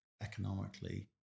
economically